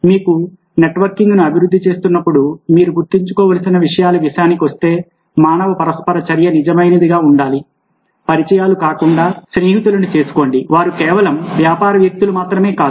మీరు నెట్వర్కింగ్ను అభివృద్ధి చేస్తున్నప్పుడు మీరు గుర్తుంచుకోవలసిన విషయాల విషయానికి వస్తే మానవ పరస్పర చర్య నిజమైనదిగా ఉండాలి పరిచయాలు కాకుండా స్నేహితులను చేసుకోండి వారు కేవలం వ్యాపార వ్యక్తులు మాత్రమే కాదు